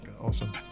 awesome